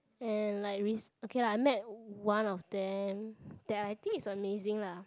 and like rece~ okay lah I met one of them that I think is amazing lah